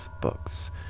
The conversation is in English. books